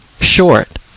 short